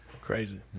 Crazy